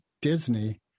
Disney